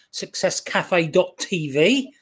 successcafe.tv